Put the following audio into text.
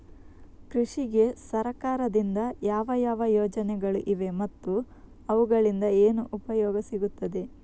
ಕೃಷಿಗೆ ಸರಕಾರದಿಂದ ಯಾವ ಯಾವ ಯೋಜನೆಗಳು ಇವೆ ಮತ್ತು ಅವುಗಳಿಂದ ಏನು ಉಪಯೋಗ ಸಿಗುತ್ತದೆ?